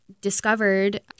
discovered